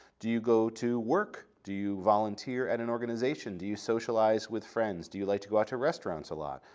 do you go to work, do you volunteer at an organization, do you socialize with friends, do you like to go out to restaurants a lot,